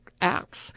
acts